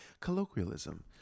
colloquialism